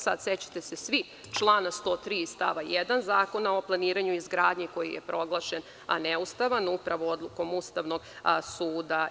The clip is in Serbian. Sećate se svi člana 103. stava 1. Zakona o planiranju i izgradnji, koji je proglašen neustavnim upravo odlukom Ustavnog suda.